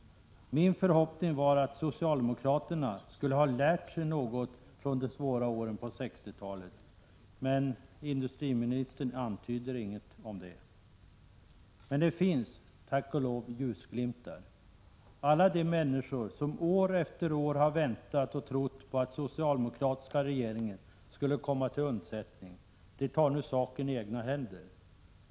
Min förhoppning var att socialdemokraterna skulle ha lärt sig något från de svåra åren på 1960-talet, men industriministern antydde ingenting om det. Men det finns, tack och lov, ljusglimtar. Alla de människor som år efter år har väntat och trott på att den socialdemokratiska regeringen skulle komma till undsättning tar nu saken i egna händer.